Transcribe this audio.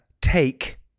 take